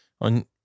on